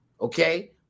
Okay